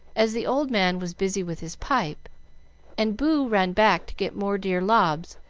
as the old man was busy with his pipe and boo ran back to get more dear lobs,